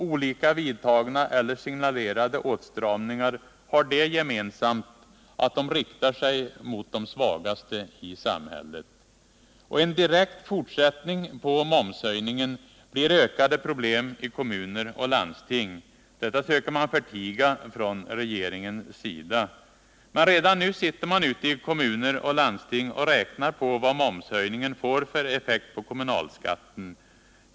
Olika vidtagna eller signalerade åtstramningar har det gemensamt att de riktar sig mot de svagaste i samhället. En direkt fortsättning på momshöjningen blir ökade problem i kommuner och landsting. Dessa försöker man förtiga från regeringens sida. Men redan nu sitter man ute i kommuner och landsting och räknar på vad momshöjningen får för effekt på kommunalskatten.